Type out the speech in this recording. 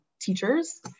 teachers